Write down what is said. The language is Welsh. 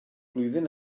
flwyddyn